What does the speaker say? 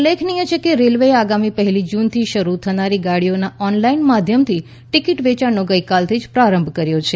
ઉલ્લેખનિય છે કે રેલવેએ આગામી પહેલી જૂનથી શરૂ થનારી ગાડીઓના ઓનલાઈન માધ્યમથી ટિકીટ વેચાણનો ગઈકાલથી પ્રારંભ કર્યો છે